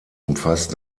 umfasst